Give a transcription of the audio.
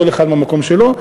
כל אחד מהמקום שלו.